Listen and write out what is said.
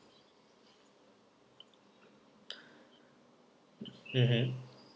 mmhmm